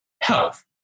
health